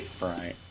right